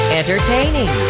entertaining